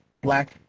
black